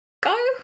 go